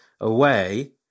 away